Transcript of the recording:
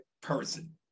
person